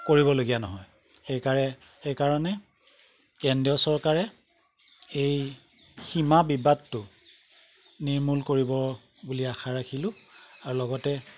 কৰিবলগীয়া নহয় সেইকাৰণে সেইকাৰণে কেন্দ্ৰীয় চৰকাৰে এই সীমা বিবাদটো নিৰ্মূল কৰিব বুলি আশা ৰাখিলোঁ আৰু লগতে